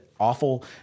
Awful